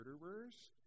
murderers